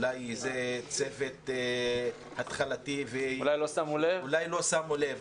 שאולי יש צוות התחלתי ואולי לא שמו לב.